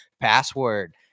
password